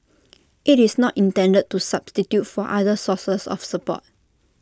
IT is not intended to substitute for other sources of support